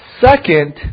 Second